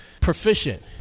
proficient